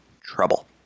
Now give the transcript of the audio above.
trouble